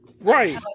Right